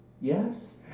yes